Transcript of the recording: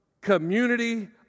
community